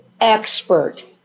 expert